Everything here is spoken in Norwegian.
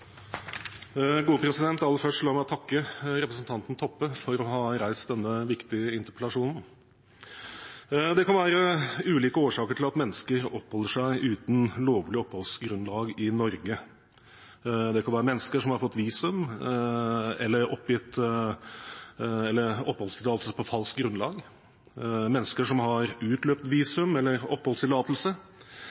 aller først takke representanten Toppe for å ha reist denne viktige interpellasjonen. Det kan være ulike årsaker til at mennesker oppholder seg uten lovlig oppholdsgrunnlag i Norge. Det kan være mennesker som har fått visum eller oppholdstillatelse på falskt grunnlag, mennesker som har utløpt visum eller oppholdstillatelse,